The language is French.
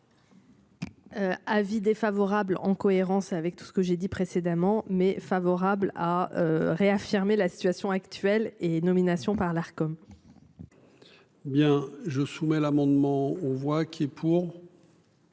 Avis défavorable en cohérence avec tout ce que j'ai dit précédemment, mais favorable à réaffirmer la situation actuelle et nomination par l'Arcom. Bien je soumets l'amendement, on voit qu'il est pour.